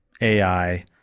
AI